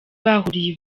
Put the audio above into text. bahuriye